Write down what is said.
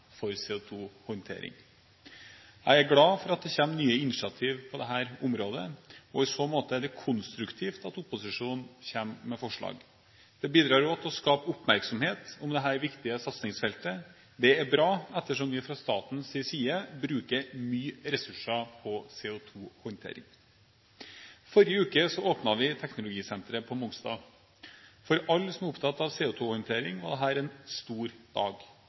for CO2-håndtering. Jeg er glad for at det kommer nye initiativer på dette området, og i så måte er det konstruktivt at opposisjonen kommer med forslag. Det bidrar til å skape oppmerksomhet om dette viktige satsingsfeltet. Det er bra, ettersom vi fra statens side bruker mye ressurser på CO2-håndtering. Forrige uke åpnet vi Teknologisenteret på Mongstad. For alle som er opptatt av CO2-håndtering, var dette en stor dag.